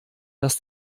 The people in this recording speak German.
dass